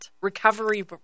recovery